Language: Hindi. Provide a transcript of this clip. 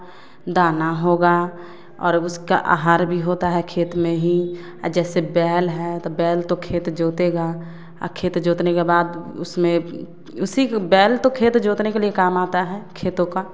दाना होगा और उसका आहार भी होता है खेत में ही जैसे बैल है तो बैल तो खेत जोतेगा आ खेत जोतने के बाद उसमें उसी के बैल तो खेत जोतने के लिए काम आता है खेतों का